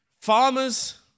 Farmers